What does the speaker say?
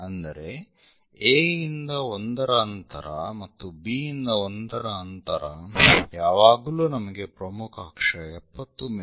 ಅಂದರೆ A ಇಂದ 1 ರ ಅಂತರ ಮತ್ತು B ಇಂದ 1 ರ ಅಂತರ ಯಾವಾಗಲೂ ನಮಗೆ ಪ್ರಮುಖ ಅಕ್ಷ 70 ಮಿ